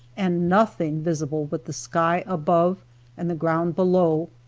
and nothing visible but the sky above and the ground below,